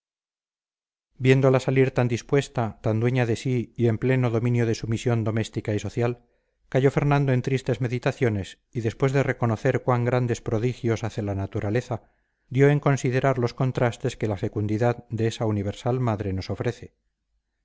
viéndola salir tan dispuesta tan dueña de sí y en pleno dominio de su misión doméstica y social cayó fernando en tristes meditaciones y después de reconocer cuán grandes prodigios hace la naturaleza dio en considerar los contrastes que la fecundidad de esa universal madre nos ofrece